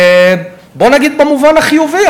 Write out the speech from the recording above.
בוא נגיד במובן החיובי,